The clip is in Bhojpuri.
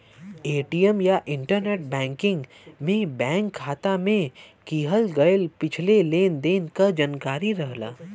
ए.टी.एम या इंटरनेट बैंकिंग में बैंक खाता में किहल गयल पिछले लेन देन क जानकारी रहला